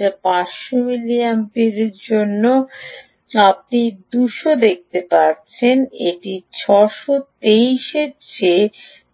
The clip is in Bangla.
যা 500 মিলিমিপিয়ারের জন্য আপনি 200 দেখতে পাচ্ছেন এটি 623 এর চেয়ে